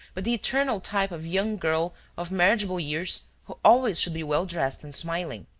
but the eternal type of young girl of marriagable years who always should be well dressed and smiling.